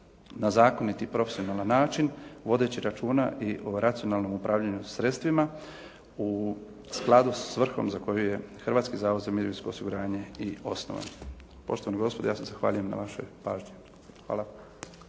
na zakonit i profesionalan način vodeći računa i o racionalnom upravljanju sredstvima u skladu sa vrhom za koji je Hrvatski zavod za mirovinsko osiguranje i osnovan. Poštovane gospodo ja se zahvaljujem na vašoj pažnji. Hvala.